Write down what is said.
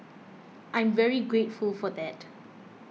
I'm very grateful for that